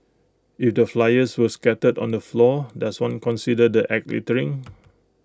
if the flyers were scattered on the floor does one consider the act littering